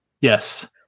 Yes